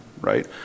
right